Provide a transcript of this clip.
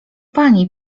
pani